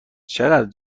چقد